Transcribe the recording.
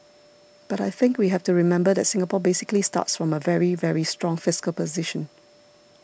but I think we have to remember that Singapore basically starts from a very very strong fiscal position